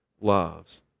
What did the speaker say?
loves